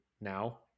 now